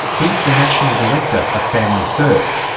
he's the national director of family first,